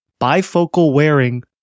bifocal-wearing